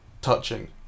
touching